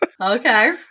Okay